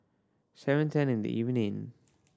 seven ten in the evening